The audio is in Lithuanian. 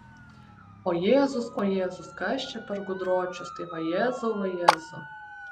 o jėzus o jėzus kas čia per gudročius tai vajezau vajezau